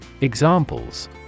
Examples